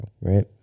Right